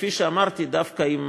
וכפי שאמרתי, דווקא עם